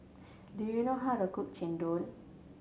do you know how to cook Chendol